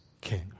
king